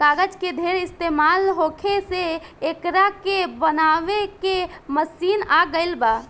कागज के ढेर इस्तमाल होखे से एकरा के बनावे के मशीन आ गइल बा